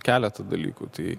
keletą dalykų tai